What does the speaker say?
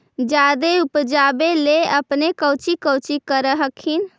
जादे उपजाबे ले अपने कौची कौची कर हखिन?